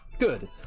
Good